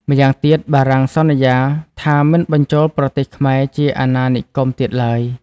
ម្យ៉ាងទៀតបារាំងសន្យាថាមិនបញ្ចូលប្រទេសខ្មែរជាអាណា និគមទៀតឡើយ។